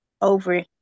over